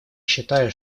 считаю